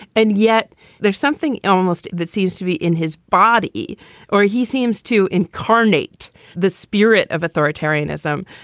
and yet there's something almost that seems to be in his body or he seems to incarnate the spirit of authoritarianism.